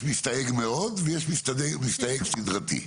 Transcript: יש מסתייג מאוד ויש מסתייג סדרתי.